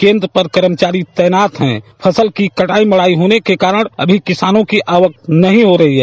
केंद्र पर कर्मचारी तैनात हैं फसल की कटाई मुलाई होने से किसानों की आवक नहीं हो रही है